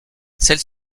celle